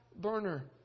burner